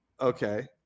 okay